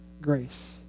Grace